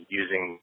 using